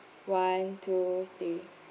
one two three